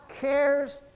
cares